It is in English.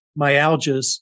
myalgias